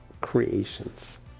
creations